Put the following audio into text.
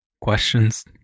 questions